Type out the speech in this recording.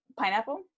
pineapple